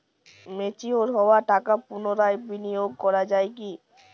Mature হওয়া টাকা পুনরায় বিনিয়োগ করা য়ায় কি?